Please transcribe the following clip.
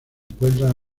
encuentran